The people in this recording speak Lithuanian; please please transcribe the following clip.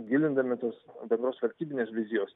gilindami tos vienos valstybinės vizijos